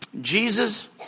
Jesus